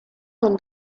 con